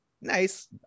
nice